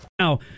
Now